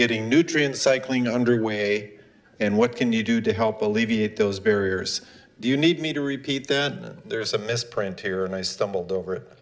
getting nutrients cycling under way and what can you do to help alleviate those barriers do you need me to repeat that there's a misprint here and i stumbled